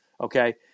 okay